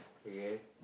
okay